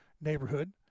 neighborhood